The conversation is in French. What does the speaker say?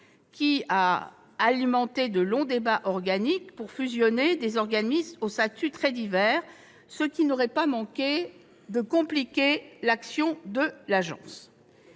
aurait alimenté de longs débats organiques pour fusionner des organismes au statut très divers, ce qui n'aurait pas manqué de compliquer l'action de l'agence.